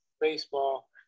baseball